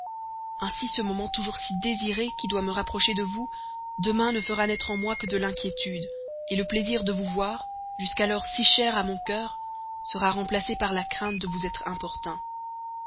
ainsi ce moment toujours si désiré qui doit me rapprocher de vous demain ne fera naître en moi que de l'inquiétude le plaisir de vous voir jusqu'alors si cher à mon cœur sera remplacé par la crainte de vous être importun